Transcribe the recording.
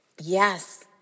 Yes